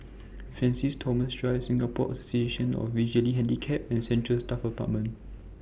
Francis Thomas Drive Singapore Association of The Visually Handicapped and Central Staff Apartment